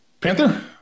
Panther